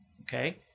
okay